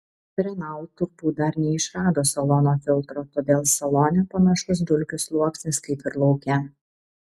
renault turbūt dar neišrado salono filtro todėl salone panašus dulkių sluoksnis kaip ir lauke